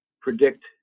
predict